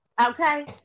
okay